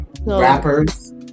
rappers